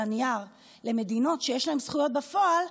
הנייר למדינות שיש להן זכויות בפועל,